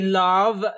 love